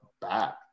bad